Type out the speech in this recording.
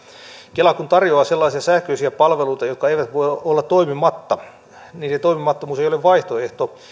kela tarjoaa sellaisia sähköisiä palveluita jotka eivät voi olla toimimatta se toimimattomuus ei ole vaihtoehto